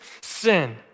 sin